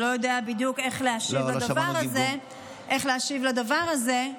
והוא לא יודע בדיוק איך להשיב על הדבר הזה,